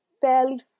fairly